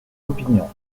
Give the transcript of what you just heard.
opinions